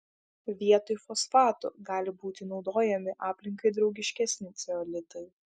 vietoj fosfatų gali būti naudojami aplinkai draugiškesni ceolitai